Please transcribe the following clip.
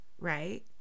right